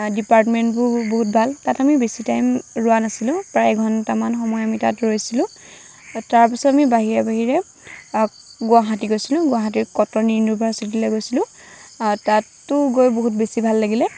ডিপাৰ্টমেণ্টবোৰ বহুত ভাল তাত আমি বেছি টাইম ৰোৱা নাছিলোঁ প্ৰায় এঘণ্টামান সময় আমি তাত ৰৈছিলোঁ তাৰপিছত আমি বাহিৰে বাহিৰে গুৱাহাটী গৈছিলোঁ গুৱাহাটীৰ কটন ইউনিভাৰ্চিটিলৈ গৈছিলোঁ আৰু তাতো গৈ বহুত বেছি ভাল লাগিলে